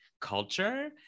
culture